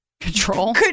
Control